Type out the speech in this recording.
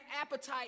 appetite